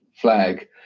flag